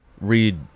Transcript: read